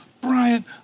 Brian